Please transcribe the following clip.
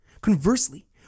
Conversely